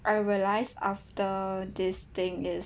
I realised after this thing is